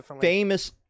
famous